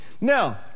Now